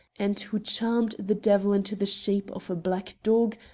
and who charmed the devil into the shapes of a black dog,